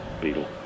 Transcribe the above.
beetle